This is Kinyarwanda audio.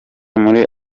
muri